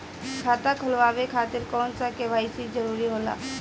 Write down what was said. खाता खोलवाये खातिर कौन सा के.वाइ.सी जरूरी होला?